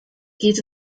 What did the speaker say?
geht